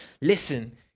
listen